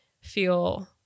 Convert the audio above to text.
feel